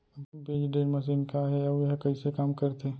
बीज drill machine का हे अऊ एहा कइसे काम करथे?